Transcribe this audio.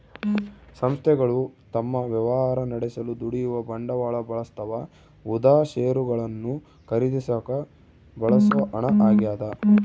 ಸಂಸ್ಥೆಗಳು ತಮ್ಮ ವ್ಯವಹಾರ ನಡೆಸಲು ದುಡಿಯುವ ಬಂಡವಾಳ ಬಳಸ್ತವ ಉದಾ ಷೇರುಗಳನ್ನು ಖರೀದಿಸಾಕ ಬಳಸೋ ಹಣ ಆಗ್ಯದ